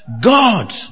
God